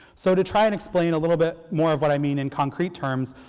so to try and explain a little bit more of what i mean in concrete terms,